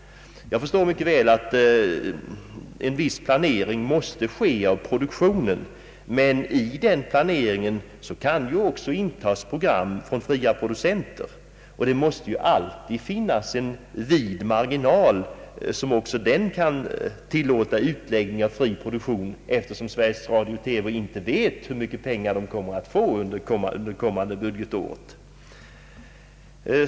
Jag förstår mycket väl att en viss planering av produktionen måste ske, men i denna planering kan också intas program från fria producenter, och det måste alltid finnas en vid marginal, som också den kan tillåta utläggning av fri produktion, eftersom Sveriges Radio inte vet hur mycket pengar man kommer att få under det följande budgetåret.